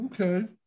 Okay